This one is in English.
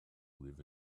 live